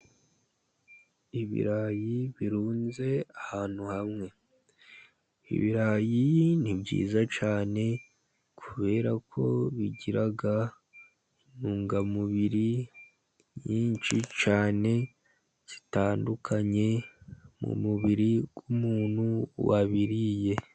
Ibirayi birunze ahantu hamwe. Ibirayi ni byiza cyane kubera ko bigira intungamubiri nyinshi cyane zitandukanye mu mubiri w'umuntu wabiriye.